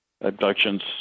abductions